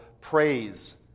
praise